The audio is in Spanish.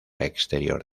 exterior